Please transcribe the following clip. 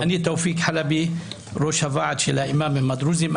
אני תופיק חלבי ראש הוועד של האימאמים הדרוזים,